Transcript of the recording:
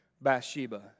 Bathsheba